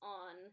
on